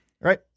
Right